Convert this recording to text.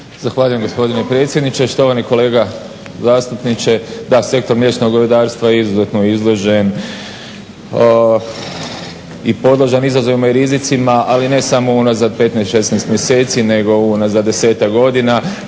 Zahvaljujem gospodine predsjedniče. Štovani kolega zastupniče. Da, sektor mliječnog govedarstva je izuzetno izložen i podložan izazovima i rizicima, ali ne samo unazad 15,16 mjeseci nego unazad 10-tak godina.